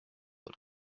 old